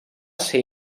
ser